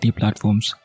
platforms